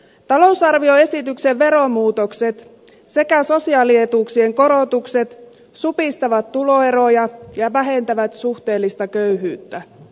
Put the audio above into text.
talousarvioesityksen veromuutokset sekä sosiaalietuuksien korotukset supistavat tuloeroja ja vähentävät suhteellista köyhyyttä